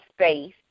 space